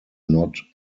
not